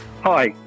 Hi